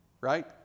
right